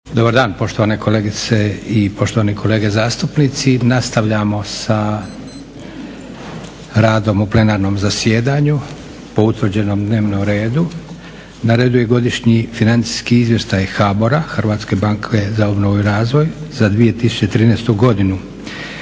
Dobar dan poštovane kolegice i poštovani kolege zastupnici. Nastavljamo sa radom u plenarnom zasjedanju po utvrđenom dnevnom redu. Na redu je - Godišnji financijski izvještaj HBOR-a za 2013. godinu